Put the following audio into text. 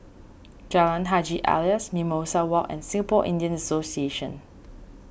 Jalan Haji Alias Mimosa Walk and Singapore Indian Association